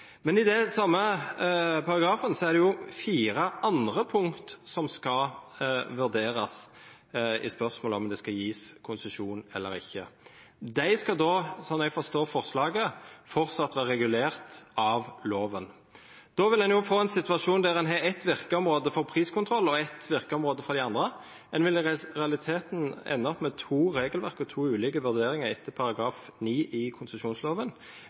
men i den samme paragrafen er det fire andre punkter som skal vurderes i spørsmålet om det skal gis konsesjon eller ikke. De skal da, slik jeg forstår forslaget, fortsatt være regulert av loven. Da vil en få en situasjon hvor en har ett virkeområde for priskontroll og ett virkeområde for de andre. En vil i realiteten ende opp med to regelverk og to ulike vurderinger etter § 9 i konsesjonsloven.